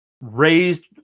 raised